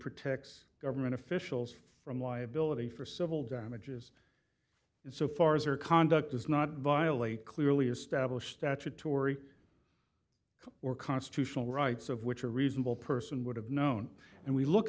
protects government officials from liability for civil damages and so far as her conduct does not violate clearly established statutory or constitutional rights of which a reasonable person would have known and we look